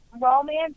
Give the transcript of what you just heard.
Romance